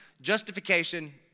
Justification